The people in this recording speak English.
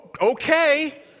okay